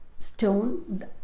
stone